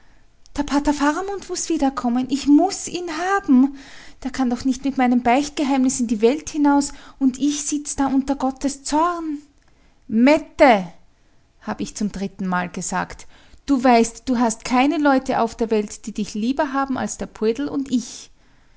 der pater faramund muß wiederkommen ich muß ihn haben der kann doch nicht mit meinem beichtgeheimnis in die welt hinaus und ich sitz da unter gottes zorn mette habe ich zum drittenmal gesagt du weißt du hast keine leute auf der welt die dich lieber haben als der poldl und ich